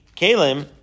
kalim